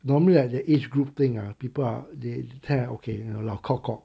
normally I the age group thing ah people are they tear ah okay 老 kok kok